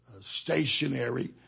stationary